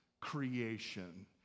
creation